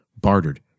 bartered